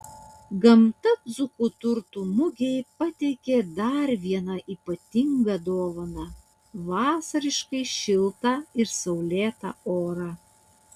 gamta dzūkų turtų mugei pateikė dar vieną ypatingą dovaną vasariškai šiltą ir saulėtą orą